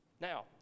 Now